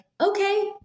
okay